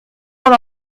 man